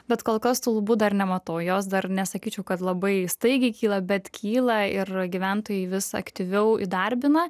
bet kol kas tų lubų dar nematau jos dar nesakyčiau kad labai staigiai kyla bet kyla ir gyventojai vis aktyviau įdarbina